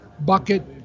bucket